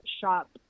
shop